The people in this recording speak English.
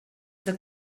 the